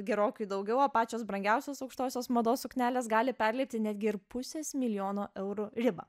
gerokai daugiau o pačios brangiausios aukštosios mados suknelės gali perlipti netgi ir pusės milijono eurų ribą